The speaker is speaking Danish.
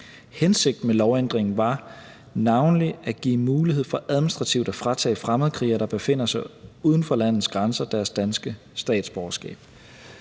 Hensigten med lovændringen var navnlig at give mulighed for administrativt at fratage fremmedkrigere, der befinder sig uden for landets grænser, deres danske statsborgerskab.